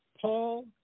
Paul